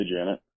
Janet